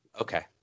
Okay